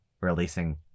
releasing